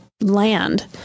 land